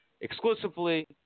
exclusively